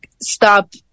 stop